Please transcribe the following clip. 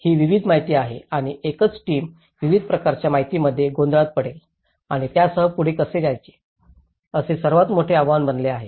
ही विविध माहिती आहे आणि एकच टीम विविध प्रकारच्या माहितीमध्ये गोंधळात पडेल आणि त्यासह पुढे कसे जायचे हे सर्वात मोठे आव्हान बनले आहे